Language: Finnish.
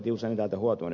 tiusanen täältä huusi